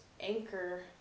anchor